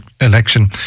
election